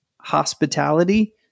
hospitality